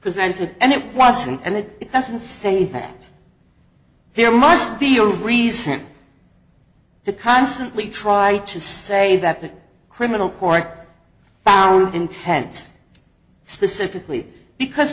presented and it was and it doesn't say that there must be a reason to constantly try to say that the criminal court found intent specifically because